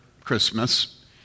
Christmas